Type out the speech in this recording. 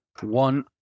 One